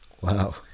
Wow